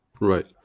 Right